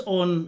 on